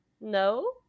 no